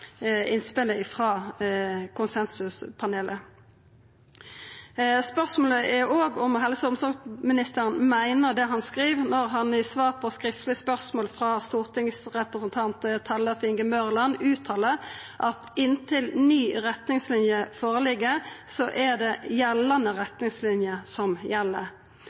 konsensuspanelet. Spørsmålet er òg om helse- og omsorgsministeren meiner det han skriv når han i svar på skriftleg spørsmål frå stortingsrepresentant Tellef Inge Mørland uttaler: «Inntil en ny retningslinje foreligger, er det gjeldende retningslinje som gjelder.»